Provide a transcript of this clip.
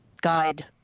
guide